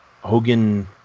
Hogan